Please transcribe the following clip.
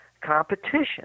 competition